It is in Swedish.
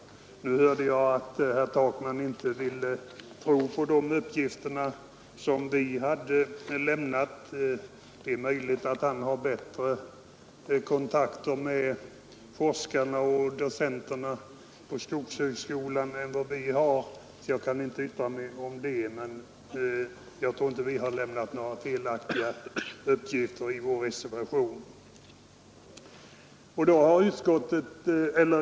Jag hörde nyss att herr Takman inte ville tro på de uppgifter som vi har lämnat. Det är möjligt att han har bättre kontakter med forskarna och docenterna på skogshögskolan än vad vi har — jag kan inte yttra mig om det — men jag tror inte att vi har lämnat några felaktiga uppgifter i vår reservation.